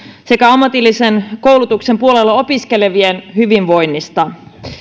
sekä ammatillisen koulutuksen puolella opiskelevien hyvinvoinnista